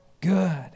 good